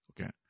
Okay